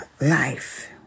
life